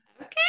okay